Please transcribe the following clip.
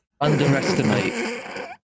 underestimate